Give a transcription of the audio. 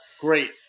Great